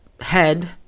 head